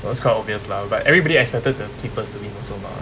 well it's quite obvious lah but everybody expected the keepers to win also mah